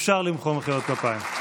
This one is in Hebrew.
אפשר למחוא מחיאות כפיים.